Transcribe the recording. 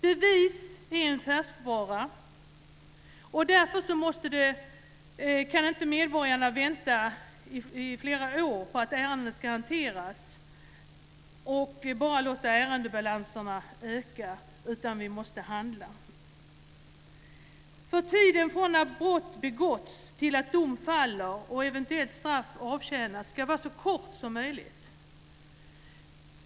Bevis är en färskvara, och därför kan inte medborgarna vänta i flera år på att ärendena ska hanteras. Vi kan inte bara låta ärendebalanserna öka, utan vi måste handla. Tiden från det att brott begåtts till att dom faller och eventuellt straff avtjänas ska vara så kort som möjligt.